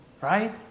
right